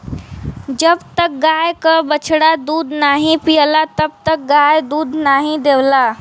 जब तक गाय क बछड़ा दूध नाहीं पियला तब तक गाय दूध नाहीं देवला